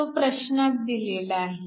तो प्रश्नात दिलेला आहे